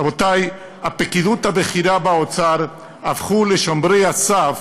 רבותי, הפקידות הבכירה באוצר הפכה לשומרי הסף